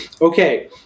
Okay